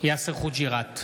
יאסר חוג'יראת,